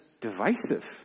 divisive